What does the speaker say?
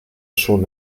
schon